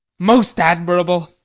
most admirable!